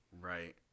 right